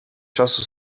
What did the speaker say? czasu